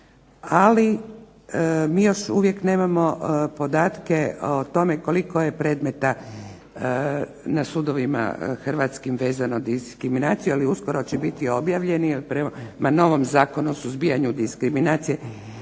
ali mi još uvijek nemamo podatke o tome koliko je predmeta na sudovima hrvatskim vezano uz diskriminaciju, ali će uskoro će biti objavljeni jer prema novom Zakonu o suzbijanju diskriminacije